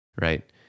Right